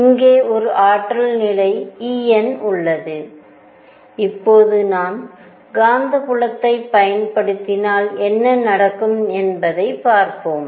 இங்கே ஒரு ஆற்றல் நிலை En உள்ளது இப்போது நான் காந்தப்புலத்தை பயன்படுத்தினால் என்ன நடக்கும் என்பதை பார்ப்போம்